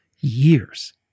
years